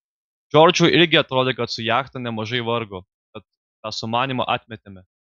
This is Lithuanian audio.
džordžui irgi atrodė kad su jachta nemažai vargo tad tą sumanymą atmetėme